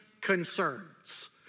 concerns